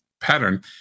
pattern